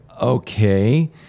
okay